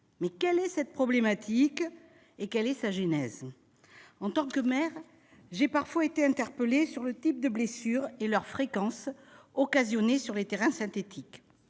Mais quelle est cette problématique et quelle est sa genèse ? En tant que maire, j'ai parfois été interpellée sur le type de blessures, et leur fréquence, occasionnées sur les terrains synthétiques.